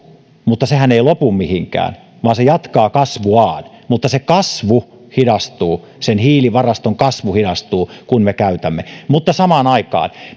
niin sehän ei lopu mihinkään vaan se jatkaa kasvuaan mutta se kasvu hidastuu sen hiilivaraston kasvu hidastuu kun me käytämme mutta samaan aikaan